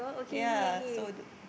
ya so the